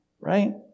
right